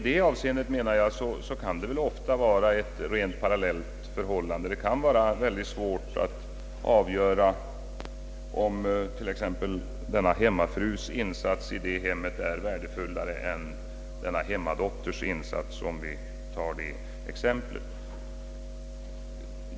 Och jag menar att förhållandena i detta avseende kan vara analoga — det kan vara ytterst svårt att avgöra om t.ex. hemmafruns insats i hemmet är värdefullare än hemmadotterns, om vi nu tar det exemplet.